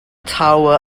tower